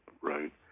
right